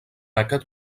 aquest